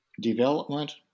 development